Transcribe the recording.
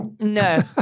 No